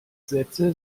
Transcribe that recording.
sätze